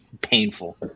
painful